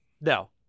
No